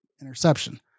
interception